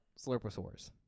Slurposaurs